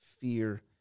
Fear